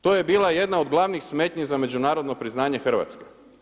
To je bila jedna od glavnih smetnji za međunarodno priznanje Hrvatske.